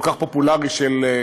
כל כך פופולרי, של מזרחים,